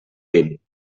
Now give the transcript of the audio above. vint